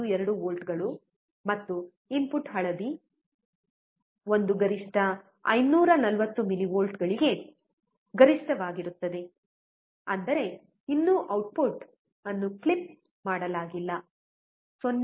2 ವೋಲ್ಟ್ಗಳು ಮತ್ತು ಇನ್ಪುಟ್ ಹಳದಿ ಒಂದು ಗರಿಷ್ಠ 540 ಮಿಲಿವೋಲ್ಟ್ಗಳಿಗೆ ಗರಿಷ್ಠವಾಗಿರುತ್ತದೆ ಅಂದರೆ ಇನ್ನೂ ಔಟ್ಪುಟ್ ಅನ್ನು ಕ್ಲಿಪ್ ಮಾಡಲಾಗಿಲ್ಲ 0